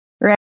right